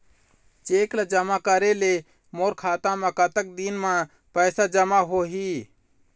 Cheque ला जमा करे ले मोर खाता मा कतक दिन मा पैसा जमा होही?